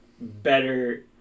better